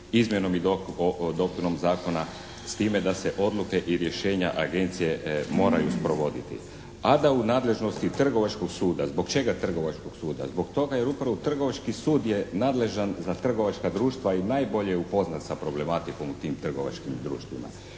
izmjenom i dopunom zakona s time da se odluke i rješenja Agencije moraju sprovoditi, a da u nadležnosti Trgovačkog suda. Zbog čega Trgovačkog suda? Zbog toga jer upravo Trgovački sud je nadležan za trgovačka društva i najbolje je upoznat sa problematikom u tim trgovačkim društvima.